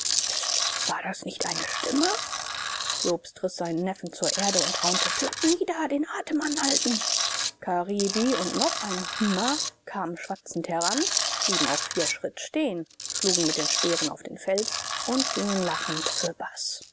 war das nicht eine stimme jobst riß seinen neffen zur erde und raunte platt nieder den atem anhalten karibi und noch ein mha kamen schwatzend heran blieben auf vier schritt stehen schlugen mit den speeren auf den fels und gingen lachend fürbaß